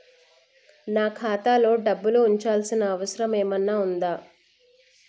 నాకు ఖాతాలో డబ్బులు ఉంచాల్సిన అవసరం ఏమన్నా ఉందా?